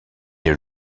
est